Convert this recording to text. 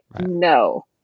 no